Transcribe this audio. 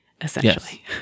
essentially